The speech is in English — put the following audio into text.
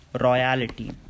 royalty